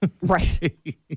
Right